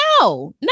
no